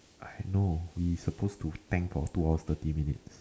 I know we supposed to thank for two hour thirty minutes